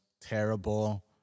terrible